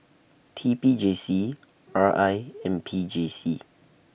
T P J C R I and P J C